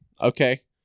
Okay